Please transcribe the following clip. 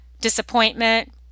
disappointment